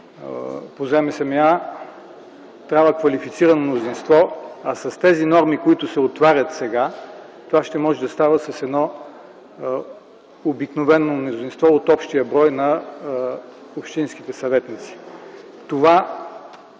администрация, трябва квалифицирано мнозинство, а с тези норми, които се отварят сега, това ще може да става с обикновено мнозинство от общия брой на общинските съветници.